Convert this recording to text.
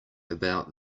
about